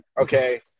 Okay